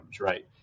right